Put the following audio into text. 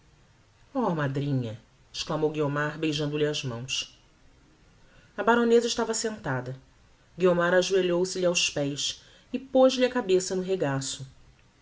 oh madrinha exclamou guiomar beijando-lhe as mãos a baroneza estava assentada guiomar ajoelhou se lhe aos pés e poz lhe a cabeça no regaço